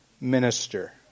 minister